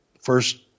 first